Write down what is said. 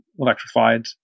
electrified